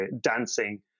dancing